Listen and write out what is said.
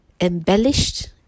embellished